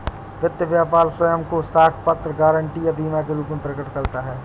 व्यापार वित्त स्वयं को साख पत्र, गारंटी या बीमा के रूप में प्रकट करता है